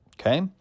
Okay